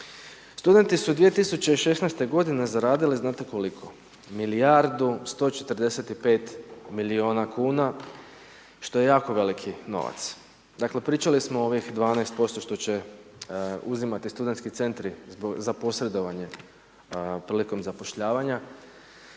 Studenti su 2016. godine zaradili, znate koliko? milijardu i 145 milijuna kuna, što je jako veliki novac. Dakle, pričali smo ovih 12% što će uzimati studentski centri za posredovanje prilikom zapošljavanja,